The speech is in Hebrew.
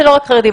זה לא רק חרדים,